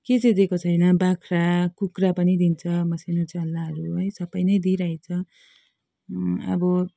के चाहिँ दिएको छैन बाख्रा कुखुरा पनि दिन्छ मसिना चल्लाहरू है सबै नै दिइरहेको छ अब